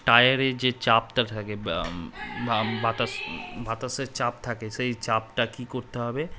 টায়ারে যে চাপটা থাকে বাতাস বাতাসের চাপ থাকে সেই চাপটা কী করতে হবে